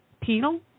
penal